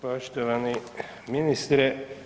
Poštovani ministre.